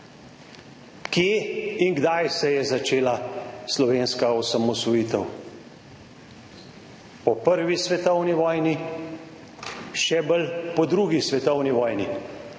Kje in kdaj se je začela slovenska osamosvojitev? Po prvi svetovni vojni, še bolj po drugi svetovni vojni,